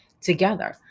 together